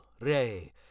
Ray